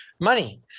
money